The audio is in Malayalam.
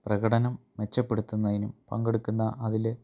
പ്രകടനം മെച്ചപ്പെടുത്തുന്നതിനും പങ്കെടുക്കുന്ന അതിൽ